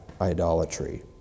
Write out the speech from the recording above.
idolatry